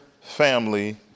family